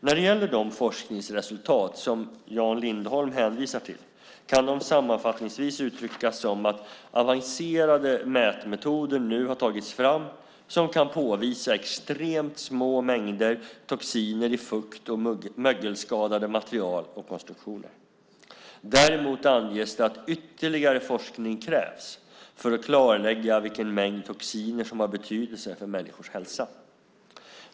När det gäller de forskningsresultat som Jan Lindholm hänvisar till kan de sammanfattningsvis uttryckas som att avancerade mätmetoder nu har tagits fram som kan påvisa extremt små mängder toxiner i fukt och mögelskadade material och konstruktioner. Däremot anges det att ytterligare forskning krävs för att klarlägga vilken mängd toxiner som har betydelse för människors hälsa.